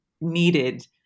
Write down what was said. needed